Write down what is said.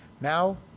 Now